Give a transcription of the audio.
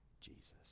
Jesus